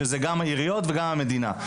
שזה גם העיריות וגם המדינה.